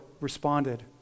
responded